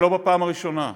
ולא בפעם הראשונה,